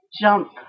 jump